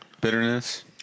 bitterness